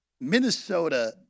Minnesota –